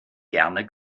gerne